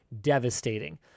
devastating